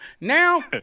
now